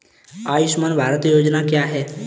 आयुष्मान भारत योजना क्या है?